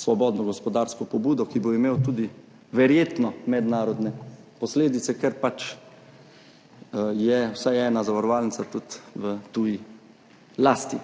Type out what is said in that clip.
svobodno gospodarsko pobudo, ki bo imel tudi verjetno mednarodne posledice, ker pač je vsaj ena zavarovalnica tudi v tuji lasti.